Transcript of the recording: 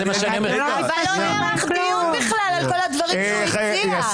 לא נערך דיון בכלל על כל הדברים שהוא הציע.